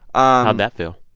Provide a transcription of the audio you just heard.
ah how'd that feel?